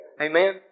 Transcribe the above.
Amen